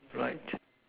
flight